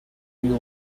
you